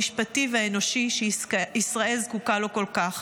המשפטי והאנושי שישראל זקוקה לו כל כך,